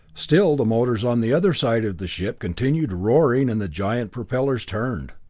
still the motors on the other side of the ship continued roaring and the giant propellers turned.